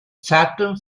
sutton